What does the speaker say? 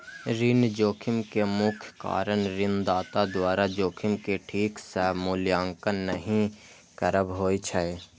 ऋण जोखिम के मुख्य कारण ऋणदाता द्वारा जोखिम के ठीक सं मूल्यांकन नहि करब होइ छै